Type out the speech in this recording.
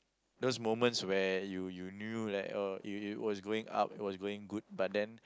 those moments where you you knew that oh it it was going up it was going good but then